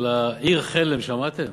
על העיר חלם שמעתם?